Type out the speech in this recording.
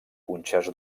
punxes